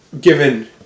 given